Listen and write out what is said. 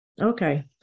Okay